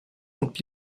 und